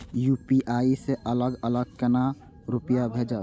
UPI से अलग अलग केना रुपया भेजब